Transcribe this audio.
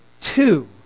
two